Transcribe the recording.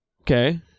Okay